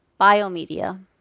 biomedia